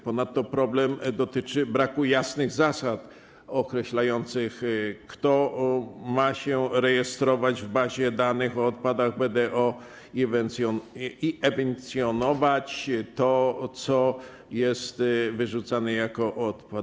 Ponadto problem dotyczy braku jasnych zasad, określających, kto ma się rejestrować w bazie danych o odpadach BDO i ewidencjonować to, co jest wyrzucane jako odpad.